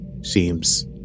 seems